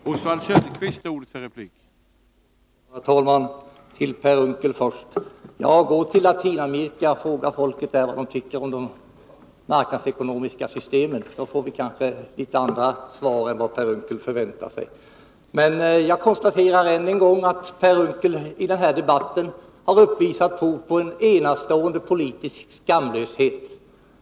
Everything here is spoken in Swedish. Herr talman! Först till Per Unckel: Ja, gå till Latinamerika och fråga folken där vad de tycker om de marknadsekonomiska systemen! Då får kanske Per Unckel svar som är något annorlunda än dem han förväntar sig. Jag konstaterar än en gång att Per Unckel i den här debatten har visat prov på en enastående politisk skamlöshet.